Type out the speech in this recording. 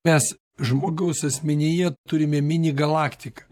mes žmogaus asmenyje turime mini galaktiką